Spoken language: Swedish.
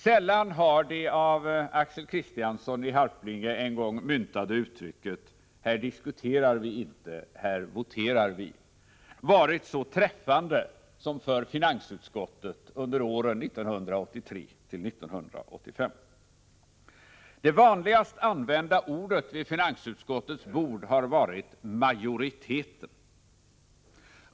Sällan har det av Axel Kristiansson i Harplinge en gång myntade uttrycket: ”här diskuterar vi inte här voterar vi” varit så träffande som för finansutskottet åren 1983-1985. Det vanligaste ordet vid finansutskottets bord har varit majoriteten.